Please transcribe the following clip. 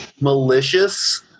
malicious